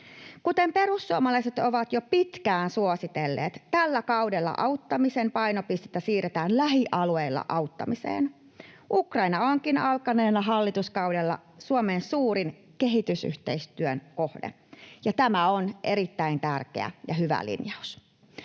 Kuten perussuomalaiset ovat jo pitkään suositelleet, tällä kaudella auttamisen painopistettä siirretään lähialueilla auttamiseen. Ukraina onkin alkaneella hallituskaudella Suomen suurin kehitysyhteistyön kohde, ja tämä on erittäin tärkeä ja hyvä linjaus.